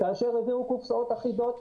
כאשר הביאו קופסאות אחידות,